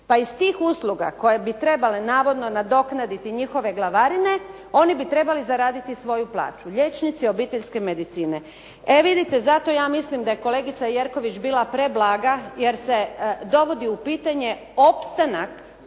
Pa iz tih usluga koje bi trebale navodno nadoknaditi njihove glavarine, oni bi trebali zaraditi svoju plaću. Liječnici obiteljske medicine. E, vidite, zato ja mislim da je kolegica Jerković bila preblaga jer se dovodi u pitanje opstanak